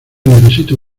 necesito